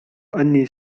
أني